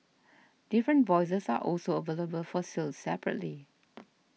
different voices are also available for sale separately